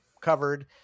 covered